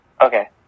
Okay